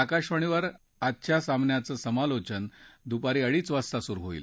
आकाशवाणीवर आजच्या सामन्याचं समालोचन दुपारी अडीच वाजता सुरु होईल